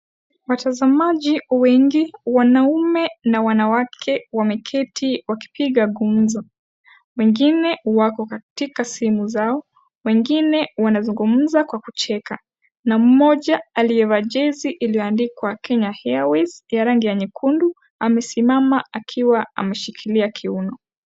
Watazamaji wengi wanaume na wanawake wameketi wakipiga gumzo, wengine wako katika sehemu zao wengine wanazungumza kwa kucheka na mmoja aliyevaa jezi ya Kenya Airways ya rangi ya nyekundu, amesimama akiwa ameshikilia kiuno.